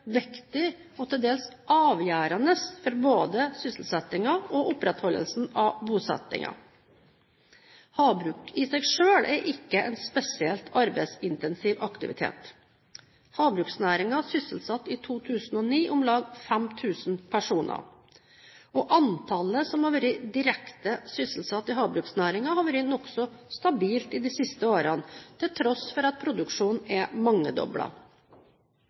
viktig og til dels avgjørende for både sysselsettingen og opprettholdelsen av bosettingen. Havbruk i seg selv er ikke en spesielt arbeidsintensiv aktivitet. Havbruksnæringen sysselsatte i 2009 om lag 5 000 personer. Antallet som har vært direkte sysselsatt i havbruksnæringen, har vært nokså stabilt i de siste årene til tross for at produksjonen er